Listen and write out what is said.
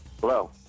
Hello